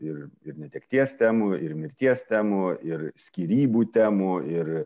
ir ir netekties temų ir mirties temų ir skyrybų temų ir